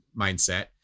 mindset